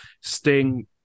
Sting